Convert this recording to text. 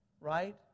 right